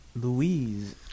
Louise